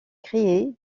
créer